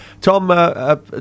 Tom